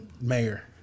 mayor